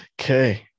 Okay